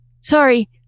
sorry